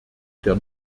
der